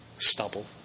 stubble